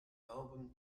album